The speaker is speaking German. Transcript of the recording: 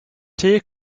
tee